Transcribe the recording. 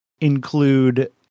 include